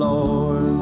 Lord